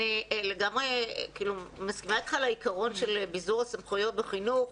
אני לגמרי כאילו מסכימה איתך על העיקרון של ביזור הסמכויות בחינוך.